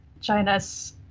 China's